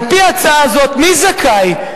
על-פי ההצעה הזאת, מי זכאי?